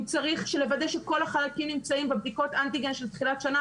אם צריך לוודא שכל החלקים נמצאים בבדיקות אנטיגן של תחילת שנה,